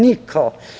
Niko.